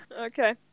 Okay